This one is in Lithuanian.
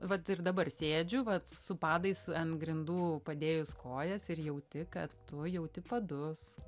vat ir dabar sėdžiu vat su padais ant grindų padėjus kojas ir jauti kad tu jauti padus